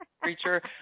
creature